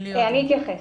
אני אתייחס.